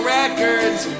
records